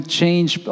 change